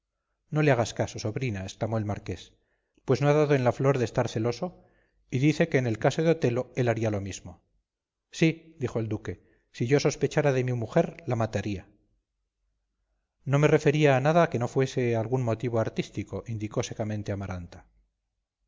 no le hagas caso sobrina exclamó el marqués pues no ha dado en la flor de estar celoso y dice que en el caso de otelo él haría lo mismo sí dijo el duque si yo sospechara de mi mujer la mataría no me refería a nada que no fuese algún motivo artístico indicó secamente amaranta